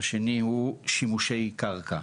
השני הוא שימושי קרקע.